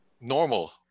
normal